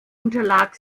unterlag